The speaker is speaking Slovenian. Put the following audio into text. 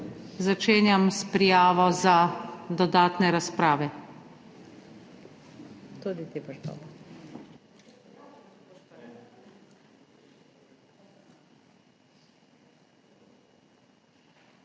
začenjam s prijavo za dodatne razprave.